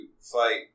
fight